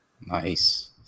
nice